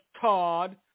Todd